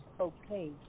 okay